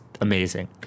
amazing